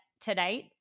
tonight